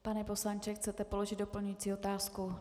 Pane poslanče, chcete položit doplňující otázku?